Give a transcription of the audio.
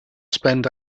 spend